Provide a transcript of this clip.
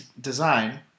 design